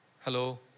Hello